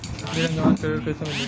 बिना जमानत के ऋण कैसे मिली?